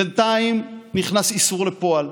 בינתיים נכנס איסור לפועל.